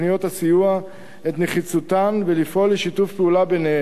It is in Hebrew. הסיוע ואת נחיצותן ולפעול לשיתוף פעולה ביניהן,